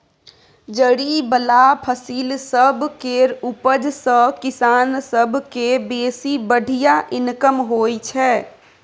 जरि बला फसिल सब केर उपज सँ किसान सब केँ बेसी बढ़िया इनकम होइ छै